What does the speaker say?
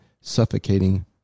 suffocating